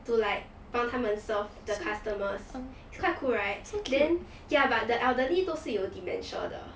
to like 帮他们 serve the customers is quite cool right then ya but the elderly 都是有 dementia 的